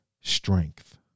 strength